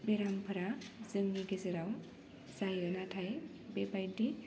बेरामफ्रा जोंनि गेजेराव जायो नाथाय बेबायदि